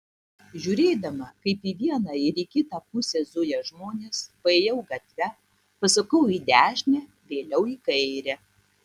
žiūrėdama kaip į vieną ir į kitą pusę zuja žmonės paėjau gatve pasukau į dešinę vėliau į kairę